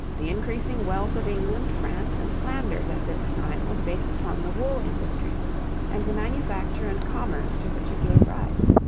the increasing wealth of england, france, and flanders at this time was based upon the wool industry and the manufacture and commerce to which it gave rise.